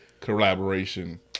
collaboration